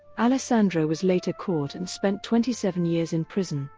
alessandro was later caught and spent twenty seven years in prison,